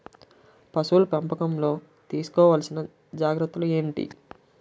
పశువుల పెంపకంలో తీసుకోవల్సిన జాగ్రత్త లు ఏంటి?